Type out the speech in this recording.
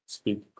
speak